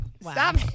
Stop